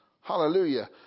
Hallelujah